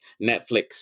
Netflix